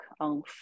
on